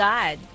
God